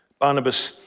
Barnabas